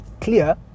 clear